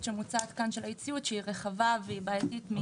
שמוצעת כאן של אי-הציות שהיא רחבה ובעייתית.